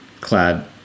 clad